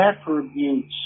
attributes